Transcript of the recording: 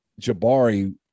Jabari